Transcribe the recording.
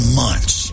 months